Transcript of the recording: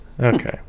Okay